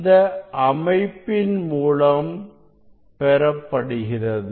இந்த அமைப்பின் மூலம் பெறப்படுகிறது